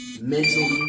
mentally